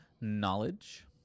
knowledge